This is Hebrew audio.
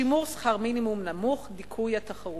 "שימור שכר מינימום נמוך, דיכוי התחרותיות.